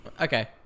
Okay